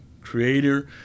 creator